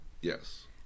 Yes